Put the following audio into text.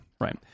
Right